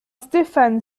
stéphane